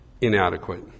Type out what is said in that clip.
inadequate